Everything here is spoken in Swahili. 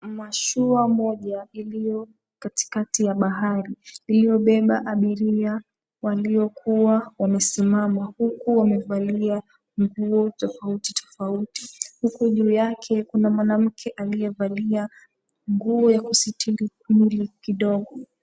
Mashua moja ilio katikati ya bahari iliobeba abiria waliokuwa wamesimama huku wamevalia nguo tofauti tofautikuna mwanamke aliyevalia nguo ya kusitiri mwili kidogo